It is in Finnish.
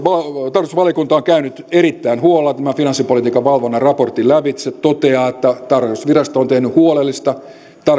tarkastusvaliokunta on käynyt erittäin huolella tämän finanssipolitiikan valvonnan raportin lävitse ja toteaa että tarkastusvirasto on tehnyt huolellista